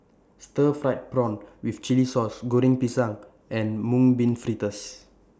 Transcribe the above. Stir Fried Prawn with Chili Sauce Goreng Pisang and Mung Bean Fritters